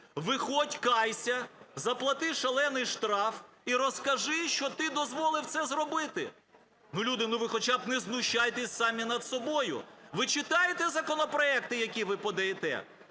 виходь кайся, заплати шалений штраф і розкажи, що ти дозволив це зробити". Люди, ви хоча б не знущайтесь самі над собою. Ви читаєте законопроекти, які ви подаєте,